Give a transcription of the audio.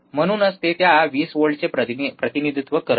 म्हणूनच ते त्या 20 व्होल्टचे प्रतिनिधित्व करत नाही